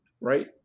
Right